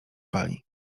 pali